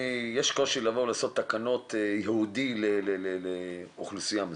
יש קושי לבוא ולעשות תקנות ייעודיות לאוכלוסייה מסוימת.